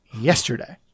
yesterday